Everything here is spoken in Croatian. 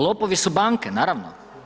Lopovi su banke, naravno.